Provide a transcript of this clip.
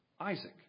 Isaac